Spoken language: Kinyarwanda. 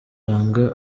banga